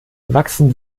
wachsen